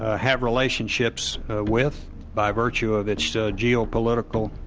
ah have relationships with by virtue of its geopolitical